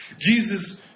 Jesus